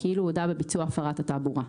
כאילו הודה בביצוע הפרת התעבורה.